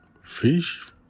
Fish